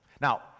Now